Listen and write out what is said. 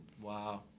Wow